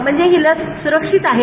म्हणजे ही लस सुरक्षित आहे